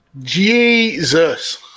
Jesus